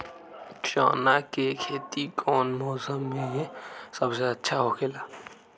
चाना के खेती कौन मौसम में सबसे अच्छा होखेला?